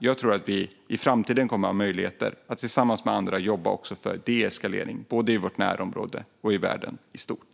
Jag tror att vi i framtiden kommer att ha möjlighet att tillsammans med andra jobba för deeskalering både i vårt närområde och i världen i stort.